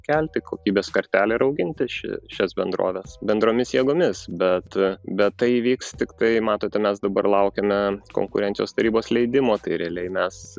kelti kokybės kartelę ir auginti ši šias bendroves bendromis jėgomis bet bet tai įvyks tiktai matote mes dabar laukiame konkurencijos tarybos leidimo tai realiai mes